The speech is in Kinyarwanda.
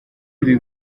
ibi